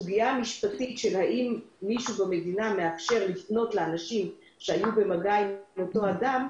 הסוגיה המשפטית של האפשרות לפנות לאנשים שהיו במגע עם אותו אדם,